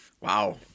Wow